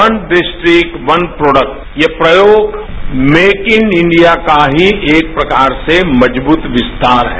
one district one product यह प्रयोग make in India का ही एक प्रकार से मजब्रत विस्तार है